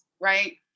right